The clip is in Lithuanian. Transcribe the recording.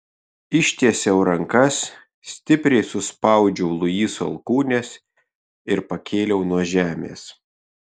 ištiesiau rankas stipriai suspaudžiau luiso alkūnes ir pakėliau nuo žemės